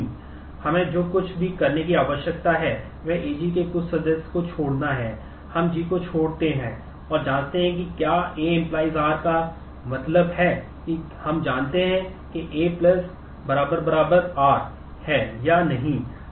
हमें जो कुछ भी करने की आवश्यकता है वह AG से कुछ सदस्य को छोड़ना है हम G को छोड़ते हैं और जांचते हैं कि क्या A → R का मतलब है कि हम जांचते हैं कि A R है या नहीं